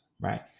right